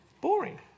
Boring